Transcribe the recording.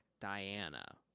Diana